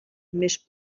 més